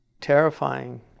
terrifying